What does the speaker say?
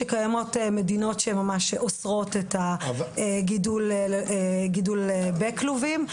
כשקיימות מדינות שאוסרות גידול בכלובים.